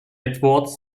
edwards